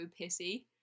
pissy